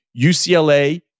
UCLA